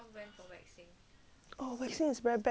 oh waxing is very bad for your ya